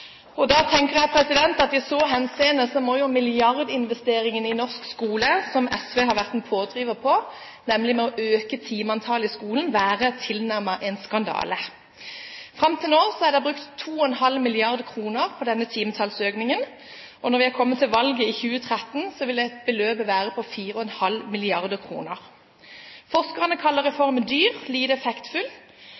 Og da tenker jeg at i så henseende må jo milliardinvesteringen i norsk skole, som SV har vært en pådriver til, nemlig å øke timeantallet i skolen, være tilnærmet en skandale. Fram til nå er det brukt 2,5 mrd. kr på denne timetallsøkningen, og når vi er kommet til valget i 2013, vil dette beløpet være på 4,5 mrd. kr. Forskerne kaller